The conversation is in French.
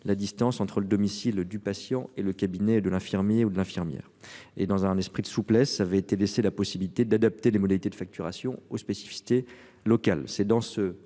la distance entre le domicile du patient et le cabinet de l'infirmier ou d'infirmière et dans un esprit de souplesse avait été laissé la possibilité d'adapter les modalités de facturation aux spécificités locales.